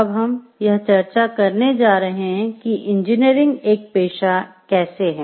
अब हम यह चर्चा करने जा रहे हैं कि इंजीनियरिंग एक पेशा कैसे है